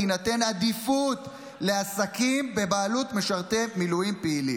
תינתן עדיפות לעסקים בבעלות משרתי מילואים פעילים.